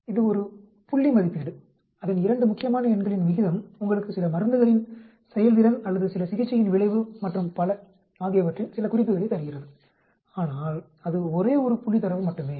இது ஒரு புள்ளி மதிப்பீடு அதன் 2 முக்கியமான எண்களின் விகிதம் உங்களுக்கு சில மருந்துகளின் செயல்திறன் அல்லது சில சிகிச்சையின் விளைவு மற்றும் பல ஆகியவற்றின் சில குறிப்புகளைத் தருகிறது ஆனால் அது ஒரே ஒரு புள்ளி தரவு மட்டுமே